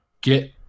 get